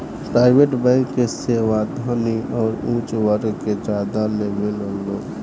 private bank के सेवा धनी अउरी ऊच वर्ग के ज्यादा लेवेलन लोग